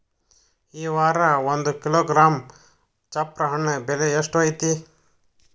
ಈ ವಾರ ಒಂದು ಕಿಲೋಗ್ರಾಂ ಚಪ್ರ ಹಣ್ಣ ಬೆಲೆ ಎಷ್ಟು ಐತಿ?